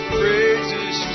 praises